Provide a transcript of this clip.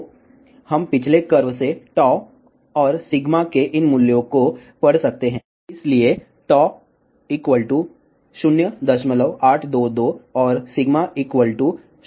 तो हम पिछले कर्व से टाउ और सिग्मा के इन मूल्यों को पढ़ सकते हैं इसलिए 0822 और 0149